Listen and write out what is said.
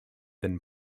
than